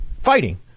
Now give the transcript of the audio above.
fighting